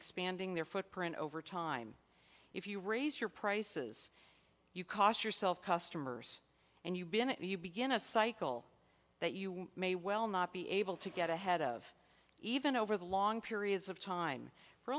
expanding their footprint over time if you raise your prices you cost yourself customers and you've been and you begin a cycle that you may well not be able to get ahead of even over the long periods of time